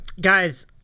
Guys